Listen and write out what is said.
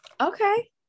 Okay